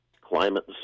climate